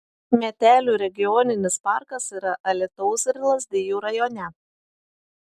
metelių regioninis parkas yra alytaus ir lazdijų rajone